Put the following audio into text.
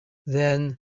then